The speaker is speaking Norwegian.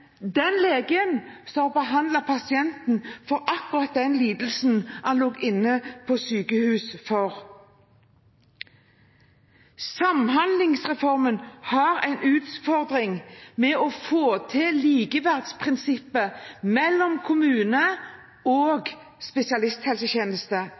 den legen som har behandlet pasienten for akkurat den lidelsen han lå inne på sykehus for? Samhandlingsreformen har en utfordring med å få til likeverdsprinsippet mellom kommune og spesialisthelsetjeneste.